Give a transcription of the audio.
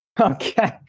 okay